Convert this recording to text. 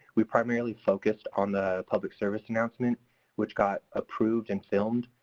we primarily focused on the public service announcement which got approved and filmed.